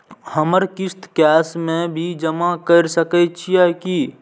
हमर किस्त कैश में भी जमा कैर सकै छीयै की?